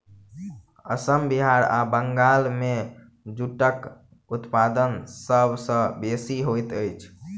असम बिहार आ बंगाल मे जूटक उत्पादन सभ सॅ बेसी होइत अछि